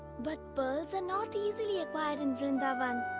but pearls are not easily acquired in vrindavan.